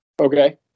Okay